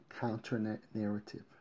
counter-narrative